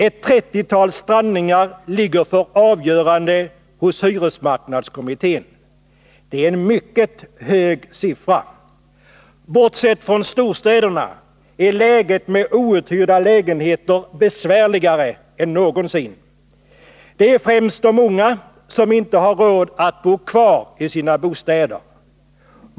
Ett trettiotal strandningar ligger för avgörande hos hyresmarknadskommittén. Det är en mycket hög siffra. Bortsett från storstäderna är läget i fråga om outhyrda lägenheter besvärligare än någonsin. Det är främst de unga som inte har råd att bo kvar i sina bostäder.